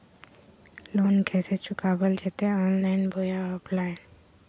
Loan कैसे चुकाबल जयते ऑनलाइन बोया ऑफलाइन?